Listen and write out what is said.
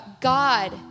God